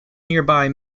nearby